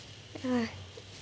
ah